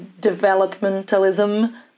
developmentalism